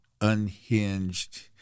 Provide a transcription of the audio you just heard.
unhinged